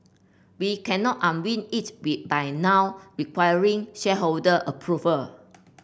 we cannot unwind it we by now requiring shareholder approval